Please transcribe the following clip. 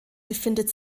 befindet